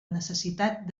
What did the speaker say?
necessitat